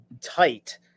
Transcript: tight